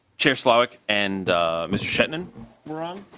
chair so like and mr. shetland were on.